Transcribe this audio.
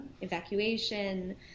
evacuation